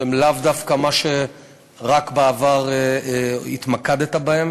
שהן לאו דווקא רק במה שהתמקדת בעבר.